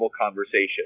conversation